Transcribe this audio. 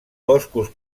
boscos